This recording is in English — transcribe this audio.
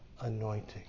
anointing